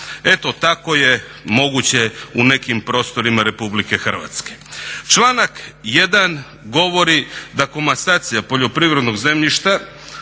Eto tako je moguće u nekim prostorima RH. Članak 1.govori da komasacija poljoprivrednog zemljišta